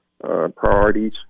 priorities